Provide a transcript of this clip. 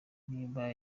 niba